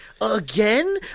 again